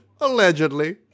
allegedly